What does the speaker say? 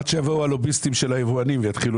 עד שיבואו הלוביסטים של היבואנים ויתחילו